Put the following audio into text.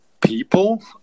people